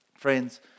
Friends